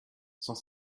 cent